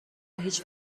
هیچ